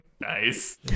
Nice